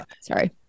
Sorry